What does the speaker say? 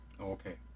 Okay